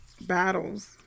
battles